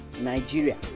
Nigeria